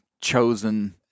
chosen